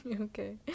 Okay